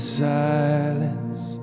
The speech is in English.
silence